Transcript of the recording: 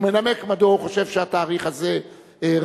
ומנמק מדוע הוא חושב שהתאריך הזה ראוי,